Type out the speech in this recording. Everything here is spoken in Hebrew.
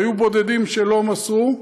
היו בודדים שלא מסרו,